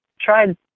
tried